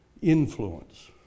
influence